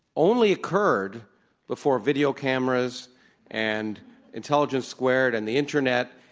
only occurred before video cameras and intelligence squared and the internet,